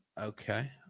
Okay